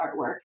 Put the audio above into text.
artwork